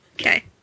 Okay